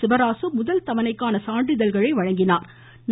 சிவராசு முதல் தவணைக்கான சான்றிதழ்களை வழங்கினாா்